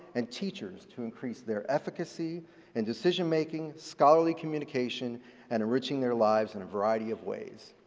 and teachers to increase their efficacy and decision-making, scholarly communication and enriching their lives in a variety of ways.